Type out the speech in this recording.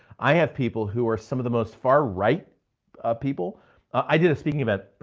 i have people who are some of the most far right ah people i did a speaking about,